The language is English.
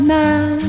now